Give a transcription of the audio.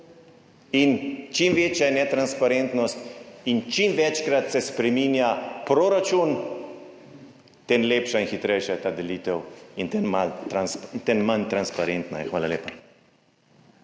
In čim večja je netransparentnost in čim večkrat se spreminja proračun, tem lepša in hitrejša je ta delitev in malo manj transparentna je. Hvala lepa.